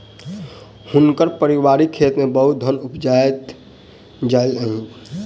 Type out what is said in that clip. हुनकर पारिवारिक खेत में बहुत धान उपजायल जाइत अछि